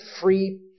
free